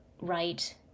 right